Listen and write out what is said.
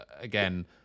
again